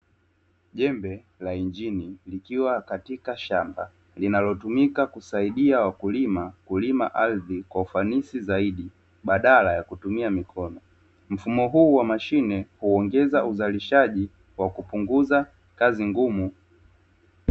Jembe la injini likiwa katika shamba linalotumika kusaidia wakulima kulima ardhi kwa ufanisi zaidi badala ya kutumia mikono, mfumo huu wa mashine huongeza uzalishaji wa kupunguza kazi ngumu.